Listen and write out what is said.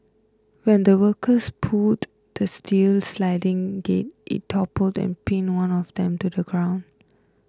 when the workers pulled the steel sliding gate it toppled and pinned one of them to the ground